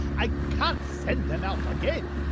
i can't send them out again.